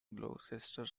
gloucester